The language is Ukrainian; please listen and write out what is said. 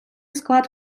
склад